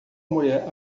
mulher